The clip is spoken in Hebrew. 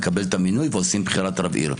מקבל את המינוי ועושים בחירת רב עיר.